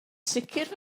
sicr